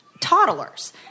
toddlers